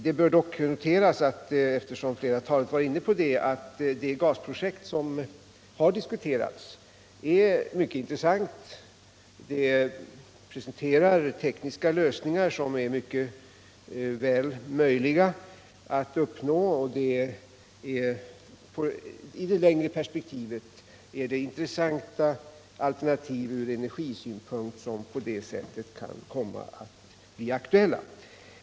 Det bör dock noteras, eftersom flera talare varit inne på detta, att det gasprojekt som har diskuterats är mycket intressant. I det presenteras tekniska lösningar som mycket väl är möjliga att uppnå, och det är i det längre perspektivet intressanta alternativ från energisynpunkt som på det fältet kan komma att bli aktuella.